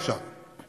עכשיו,